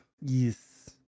yes